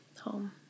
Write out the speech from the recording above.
home